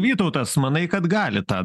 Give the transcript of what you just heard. vytautas manai kad gali tą